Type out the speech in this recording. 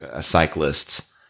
cyclists